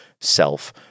self